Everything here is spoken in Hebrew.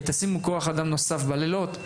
ותשימו כוח אדם נוסף בלילות.